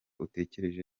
utekereje